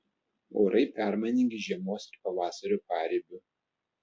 orai permainingi žiemos ir pavasario paribiu